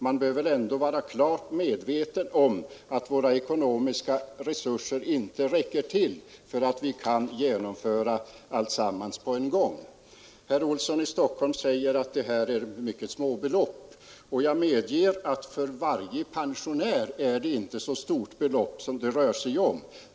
Man bör vara klart medveten om att våra ekonomiska resurser inte räcker till för att genomföra alltsammans på en Herr Olsson i Stockholm sade att det är fråga om mycket små belopp, och jag medger att för varje pensionär är det inte så stort belopp som det rör sig om.